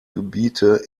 gebiete